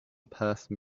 person